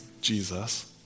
Jesus